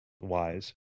wise